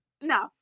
no